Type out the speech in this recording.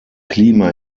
klima